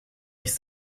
nicht